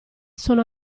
sono